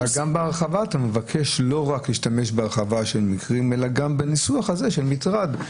אבל אתה מבקש לא רק להשתמש בהרחבה של המקרים אלא גם בניסוח הזה של מטרד.